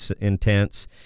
intense